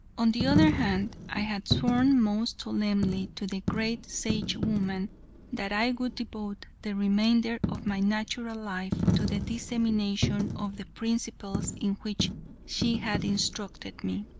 on the other hand, i had sworn most solemnly to the great sagewoman that i would devote the remainder of my natural life to the dissemination of the principles in which she had instructed me.